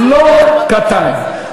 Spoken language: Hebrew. לא קטן.